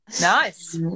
nice